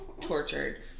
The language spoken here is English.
tortured